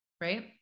right